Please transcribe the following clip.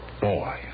Boy